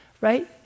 right